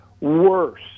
worse